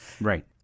Right